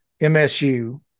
MSU